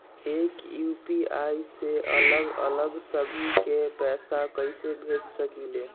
एक यू.पी.आई से अलग अलग सभी के पैसा कईसे भेज सकीले?